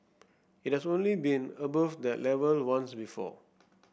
it has only been above that level once before